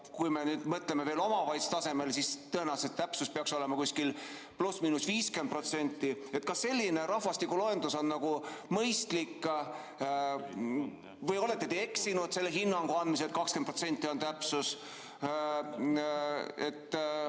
kui me nüüd mõtleme omavalitsuste tasemel, siis tõenäoliselt täpsus peaks olema kuskil +/–50% –, kas selline rahvastikuloendus on mõistlik? Või olete te eksinud selle hinnangu andmisega, et 20% on täpsus? Kas